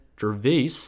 Gervais